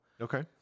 Okay